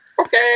Okay